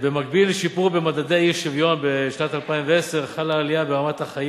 במקביל לשיפור במדדי האי-שוויון בשנת 2010 חלה עלייה ברמת החיים,